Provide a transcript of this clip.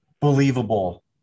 believable